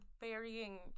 burying